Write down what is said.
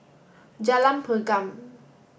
Jalan Pergam